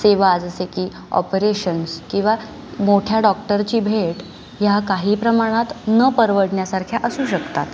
सेवा जसे की ऑपरेशन्स किंवा मोठ्या डॉक्टरची भेट ह्या काही प्रमाणात न परवडण्यासारख्या असू शकतात